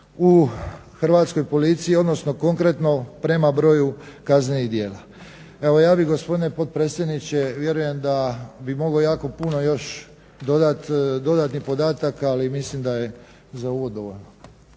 u Hrvatskoj policiji odnosno konkretno prema broju kaznenih djela. Evo ja bih gospodine potpredsjedniče vjerujem da bih mogao jako puno još dodati dodatnih podataka ali mislim da je za uvod dovoljno.